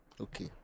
Okay